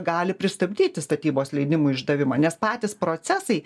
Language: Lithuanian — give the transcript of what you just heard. gali pristabdyti statybos leidimų išdavimą nes patys procesai